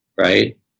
right